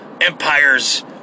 empire's